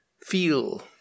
feel